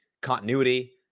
continuity